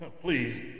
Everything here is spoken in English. Please